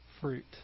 fruit